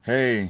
Hey